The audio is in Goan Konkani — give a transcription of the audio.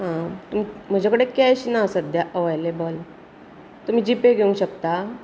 आं अ म्हजे कडेन कॅश ना सद्द्याक अवेलॅबल तुमी जी पे घेवंक शकतात